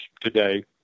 today